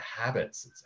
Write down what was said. habits